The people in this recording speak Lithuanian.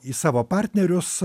į savo partnerius